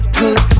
good